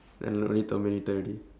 and don't need thermometer